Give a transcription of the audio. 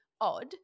odd